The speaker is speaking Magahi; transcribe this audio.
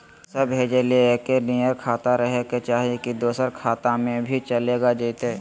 पैसा भेजे ले एके नियर खाता रहे के चाही की दोसर खाता में भी चलेगा जयते?